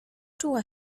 czuła